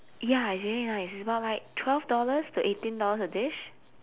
ya it's really nice it's about like twelve dollars to eighteen dollars a dish